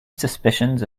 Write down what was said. suspicions